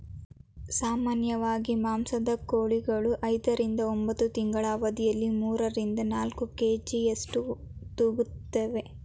ಸಾಮಾನ್ಯವಾಗಿ ಮಾಂಸದ ಕೋಳಿಗಳು ಐದರಿಂದ ಒಂಬತ್ತು ತಿಂಗಳ ಅವಧಿಯಲ್ಲಿ ಮೂರರಿಂದ ನಾಲ್ಕು ಕೆ.ಜಿಯಷ್ಟು ತೂಗುತ್ತುವೆ